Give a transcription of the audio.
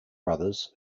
brothers